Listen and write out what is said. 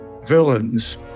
villains